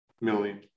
million